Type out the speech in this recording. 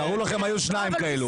תארו לכם היו שניים כאלה.